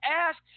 Ask